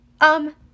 Um